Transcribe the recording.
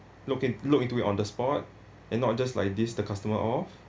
look in look into it on the spot and not just like diss the customer of